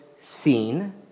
seen